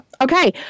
okay